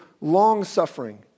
long-suffering